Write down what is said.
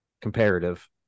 comparative